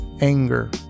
anger